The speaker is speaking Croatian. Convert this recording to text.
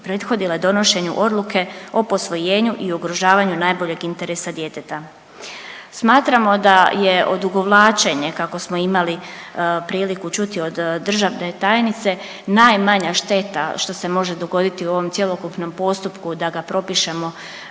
prethodile donošenju odluke o posvojenju i ugrožavanju najboljeg interesa djeteta. Smatramo da je odugovlačenje kakvo smo imali priliku čuti od državne tajnice najmanja šteta što se može dogoditi u ovom cjelokupnom postupku da ga propišemo